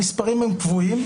המספרים הם קבועים,